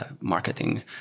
marketing